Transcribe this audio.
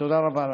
תודה רבה לך.